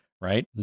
right